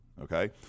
Okay